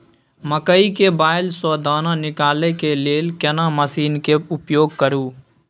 मकई के बाईल स दाना निकालय के लेल केना मसीन के उपयोग करू?